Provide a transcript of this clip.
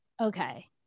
okay